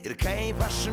ir kaip aš